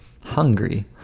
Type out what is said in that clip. hungry